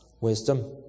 wisdom